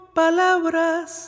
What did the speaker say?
palabras